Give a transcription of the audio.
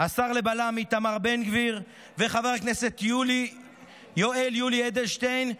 השר לבל"מ איתמר בן גביר וחבר הכנסת יואל יולי אדלשטיין,